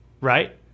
right